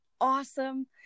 awesome